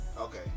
Okay